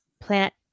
plant